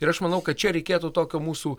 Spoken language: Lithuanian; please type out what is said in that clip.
ir aš manau kad čia reikėtų tokio mūsų